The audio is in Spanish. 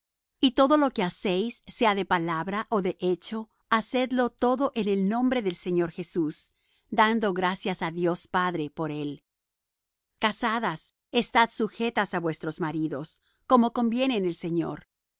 y todo lo que hacéis sea de palabra ó de hecho hacedlo todo en el nombre del señor jesús dando gracias á dios padre por él casadas estad sujetas á vuestros maridos como conviene en el señor